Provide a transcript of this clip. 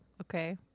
Okay